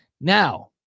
Now